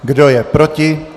Kdo je proti?